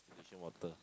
distillation water